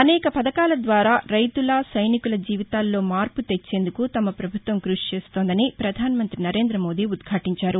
అనేక పథకాల ద్వారా రైతుల సైనికుల జీవితాల్లో మార్పు తెచ్చేందుకు తమ ప్రభుత్వం కృషి చేస్తోందని ప్రపధాన మంత్రి నరేంద మోదీ ఉద్భాటించారు